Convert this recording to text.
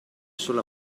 solo